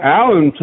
Alan